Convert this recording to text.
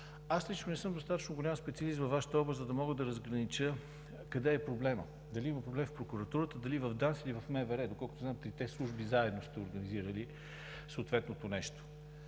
Аз лично не съм достатъчно голям специалист във Вашата област, за да мога да разгранича къде е проблемът – дали има проблем в прокуратурата, в ДАНС, или в МВР. Доколкото знам трите служби заедно сте организирали съответното нещо,